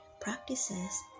practices